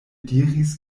diris